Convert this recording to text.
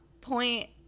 point